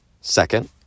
Second